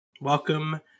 Welcome